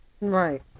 Right